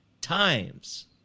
times